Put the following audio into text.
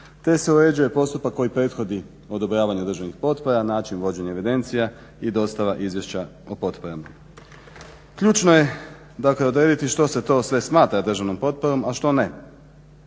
te se uređuje postupak koji prethodi odobravanju državnih potpora, način vođenja evidencija i dostava Izvješća o potporama. Ključno je dakle odrediti što se to sve smatra državnom potporom, a što ne.